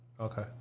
Okay